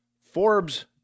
Forbes